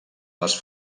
les